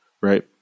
right